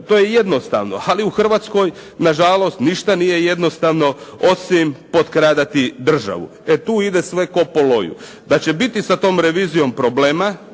to je jednostavno. Ali u Hrvatskoj na žalost ništa nije jednostavno osim potkradati državu, e tu ide sve kao po loju. Da će biti sa tom revizijom problema,